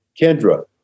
Kendra